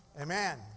Amen